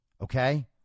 Okay